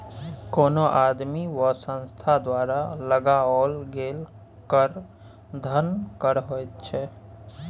कोनो आदमी वा संस्था द्वारा लगाओल गेल कर धन कर होइत छै